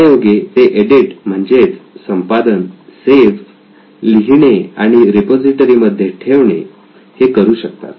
त्यायोगे ते एडिट म्हणजेच संपादन सेव्ह लिहिणे आणि रिपॉझिटरी मध्ये ठेवणे हे करू शकतात